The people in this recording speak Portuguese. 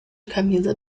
camisa